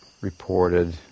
reported